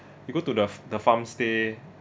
you go to the f~ the farm-stay